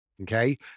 Okay